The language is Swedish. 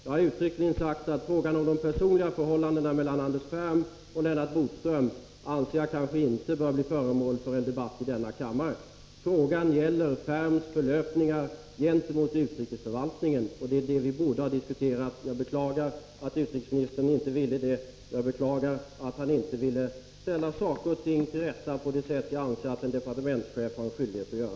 Jag har uttryckligen sagt att frågan om de personliga förhållandena mellan Anders Ferm och Lennart Bodström kanske inte bör bli föremål för en debatt i denna kammare. Frågan gäller Ferms förlöpningar gentemot utrikesförvaltningen. Det är den saken vi borde ha diskuterat. Jag beklagar att utrikesministern inte ville det. Jag beklagar att han inte ville ställa saker och ting till rätta på det sätt jag anser att en departementschef har skyldighet att göra.